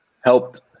helped